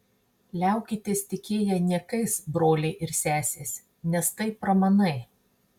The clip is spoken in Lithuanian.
liaukitės tikėję niekais broliai ir sesės nes tai pramanai